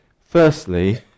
Firstly